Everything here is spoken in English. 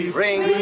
ring